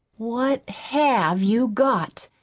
what have you got?